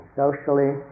socially